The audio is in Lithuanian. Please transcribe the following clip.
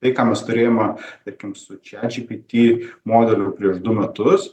tai ką mes turėjome tarkim su čat džy py tį modelių prieš du metus